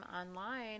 online